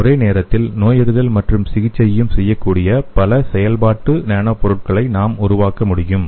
ஒரே நேரத்தில் நோயறிதல் மற்றும் சிகிச்சையையும் செய்யக்கூடிய பல செயல்பாட்டு நானோ பொருளை நாம் உருவாக்க முடியும்